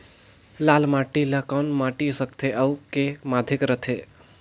लाल माटी ला कौन माटी सकथे अउ के माधेक राथे?